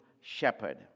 shepherd